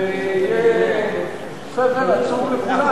זה יהיה סבל עצום לכולם.